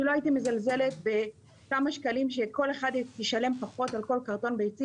אני לא הייתי מזלזלת בזה שכל אחד ישלם פחות על כל קרטון ביצים,